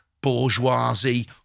bourgeoisie